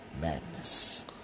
madness